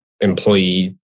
employee